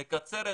לקרן